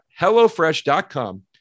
hellofresh.com